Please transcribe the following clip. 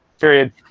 period